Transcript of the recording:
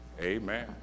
Amen